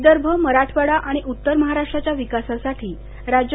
विदर्भ मराठवाडा आणि उत्तर महाराष्ट्राच्या विकासासाठी राज्य